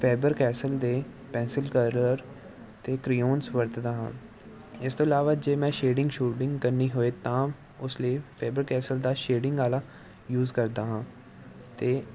Faber Castell ਦੇ pencil colour ਅਤੇ crayons ਵਰਤਦਾ ਹਾਂ ਇਸ ਤੋਂ ਇਲਾਵਾ ਜੇ ਮੈਂ ਸ਼ੇਡਿੰਗ ਸ਼ੂਡਿੰਗ ਕਰਨੀ ਹੋਏ ਤਾਂ ਉਸ ਲਈ ਫੈਬਰ ਕੈਸਲ ਦਾ ਸ਼ੇਡਿੰਗ ਵਾਲਾ ਯੂਜ ਕਰਦਾ ਹਾਂ ਅਤੇ